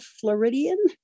Floridian